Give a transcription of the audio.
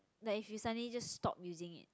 like if you suddenly just stop using it